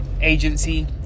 agency